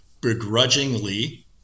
begrudgingly